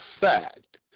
fact